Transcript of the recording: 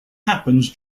happens